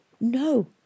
No